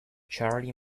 charlie